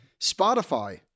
Spotify